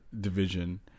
division